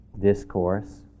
discourse